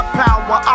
power